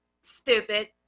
stupid